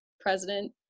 president